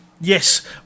Yes